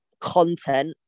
content